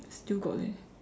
still got leh